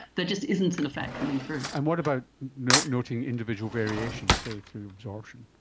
there just isn't an effect coming through. and what about noting noting individual variations, say through absorption?